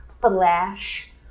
flash